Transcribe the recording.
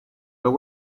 but